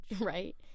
Right